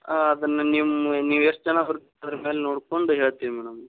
ಹಾಂ ಅದನ್ನು ನಿಮ್ಮ ನೀವು ಎಷ್ಟು ಜನ ಬರ್ತೀರ ಅದ್ರ ಮೇಲೆ ನೋಡಿಕೊಂಡು ಹೇಳ್ತೀವಿ ಮೇಡಮ್